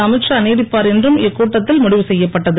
அமித் ஷா நீடிப்பார் என்றும் இக்கூட்டத்தில் முடிவு செய்யப்பட்டது